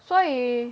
所以